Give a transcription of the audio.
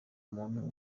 muntu